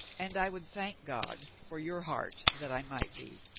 and i would thank god for your heart that i might be.